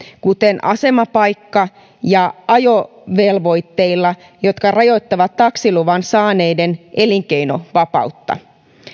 kuten asemapaikka ja ajovelvoitteilla jotka rajoittavat taksiluvan saaneiden elinkeinovapautta